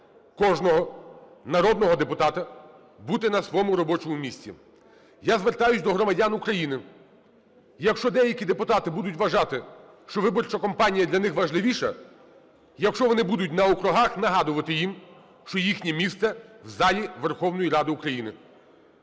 кожного народного депутата – бути на своєму робочому місці. Я звертаюсь до громадян України. Якщо деякі депутати будуть вважати, що виборча кампанія для них важливіша, якщо вони будуть на округах, нагадувати їм, що їхнє місце в залі Верховної Ради України.